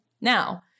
Now